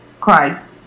Christ